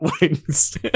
wings